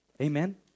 Amen